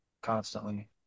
constantly